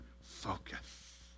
focus